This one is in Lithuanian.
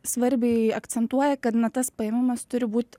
svarbiai akcentuoja kad na tas paėmimas turi būt